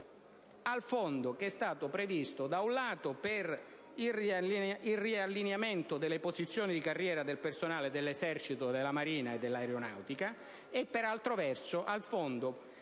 al fondo previsto per il riallineamento delle posizioni di carriera del personale dell'Esercito, della Marina e dell'Aeronautica e, per altro verso, al fondo